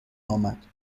آمد